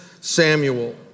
Samuel